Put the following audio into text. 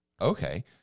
okay